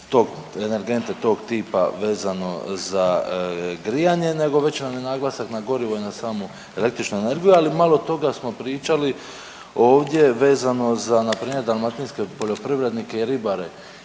tog, energente tog tipa vezano za grijanje nego veći nam je naglasak na gorivo i na samu električnu energiju, ali malo toga smo pričali ovdje vezano za npr. dalmatinske poljoprivrednike i ribare